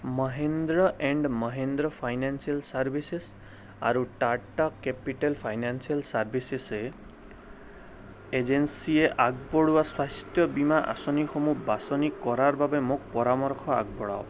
Mahindra and Mahindra financial services আৰু Tata capital financial চাৰ্ভিচেছে এজেঞ্চিয়ে আগবঢ়োৱা স্বাস্থ্য বীমা আঁচনিসমূহ বাছনি কৰাৰ বাবে মোক পৰামৰ্শ আগবঢ়াওক